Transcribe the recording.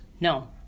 No